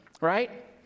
right